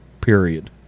period